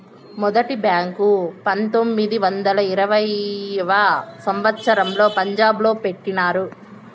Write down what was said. మొదటి బ్యాంకు పంతొమ్మిది వందల ఇరవైయవ సంవచ్చరంలో పంజాబ్ లో పెట్టినారు